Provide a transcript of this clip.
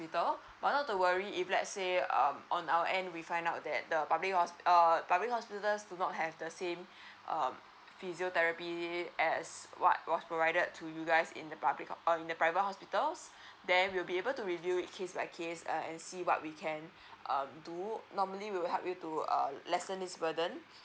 but not to worry if let's say um on our end we find out that the public hos err public hospitals do not have the same um physiotherapy as what was provided to you guys in the public or in the private hospitals then we'll be able to review case by case and see what we can um do normally we'll help you to err lessen is burden